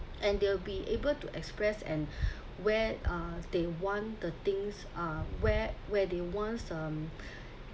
and they'll be able to express and where uh they want the things uh where where they wants um